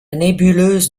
nébuleuse